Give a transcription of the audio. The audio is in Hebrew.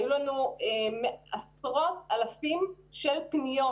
היו לנו עשרות אלפי פניות.